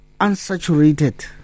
unsaturated